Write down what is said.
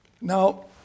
Now